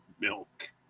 milk